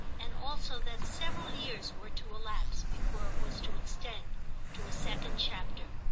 and also that several years were to elapse before it was to extend to a second chapter.